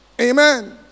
Amen